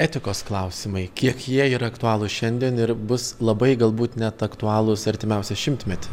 etikos klausimai kiek jie yra aktualūs šiandien ir bus labai galbūt net aktualūs artimiausią šimtmetį